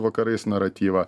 vakarais naratyvą